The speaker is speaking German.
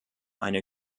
eine